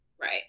Right